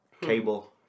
cable